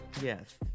Yes